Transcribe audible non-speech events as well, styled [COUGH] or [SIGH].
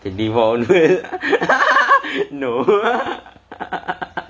twenty four [LAUGHS] no [LAUGHS] no